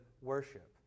worship